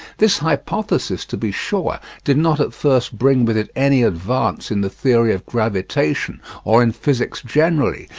this hypothesis, to be sure, did not at first bring with it any advance in the theory of gravitation or in physics generally,